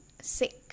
sick